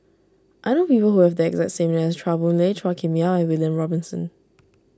I know people who have the exact name as Chua Boon Lay Chua Kim Yeow and William Robinson